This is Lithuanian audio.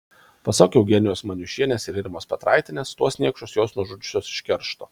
pasak eugenijos maniušienės ir irmos petraitienės tuos niekšus jos nužudžiusios iš keršto